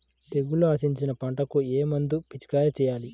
తెగుళ్లు ఆశించిన పంటలకు ఏ మందు పిచికారీ చేయాలి?